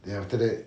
then after that